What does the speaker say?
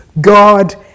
God